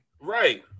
Right